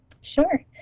Sure